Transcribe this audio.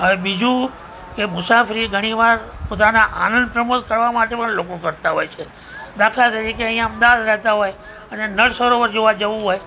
હવે બીજું કે મુસાફરી ઘણી વાર પોતાના આનંદ પ્રમોદ કરવા માટે પણ લોકો કરતા હોય છે દાખલા તરીકે અહીં અમદાવાદ રહેતા હોય અને નળસરોવર જોવા જવું હોય